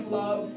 love